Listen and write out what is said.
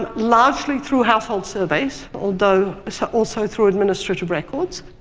and largely through household surveys, although so also through administrative records.